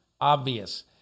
obvious